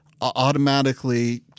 automatically